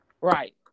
right